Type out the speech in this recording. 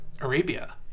Arabia